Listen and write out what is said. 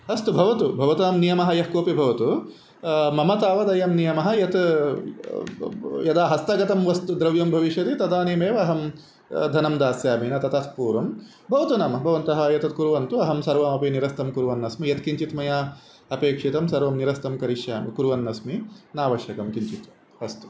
अस्तु भवतु भवतां नियमः यः कोपि भवतु मम तावत् अयं नियमः यत् यदा हस्तगतं वस्तु द्रव्यं भविष्यति तदानीमेव अहं धनं दास्यामि न ततः पूर्वं भवतु नाम भवन्तः एतत् कुर्वन्तु अहं सर्वमपि निरस्तं कुर्वन्नस्मि यत् किञ्चित् मया अपेक्षितं सर्वं निरस्तं करिष्यामि कुर्वन्नस्मि नावश्यकं किञ्चित् अस्तु